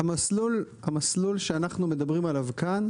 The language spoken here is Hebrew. המסלול שאנחנו מדברים עליו כאן,